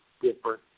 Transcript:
different